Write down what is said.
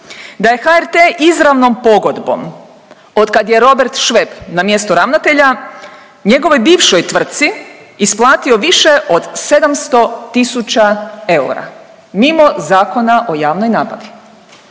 da je HRT izravnom pogodbom otkad je Robert Šveb na mjestu ravnatelja, njegovoj bivšoj tvrtci isplatio više od 700 tisuća eura, mimo Zakona o javnoj nabavi.